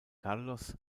carlos